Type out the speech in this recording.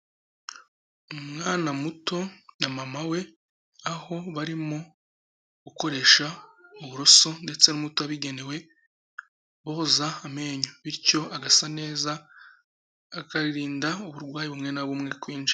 Umwana muto na mama we aho barimo gukoresha uburoso ndetse n'umuti wabigenewe, boza amenyo bityo agasa neza akarinda uburwayi bumwe na bumwe kwinjira.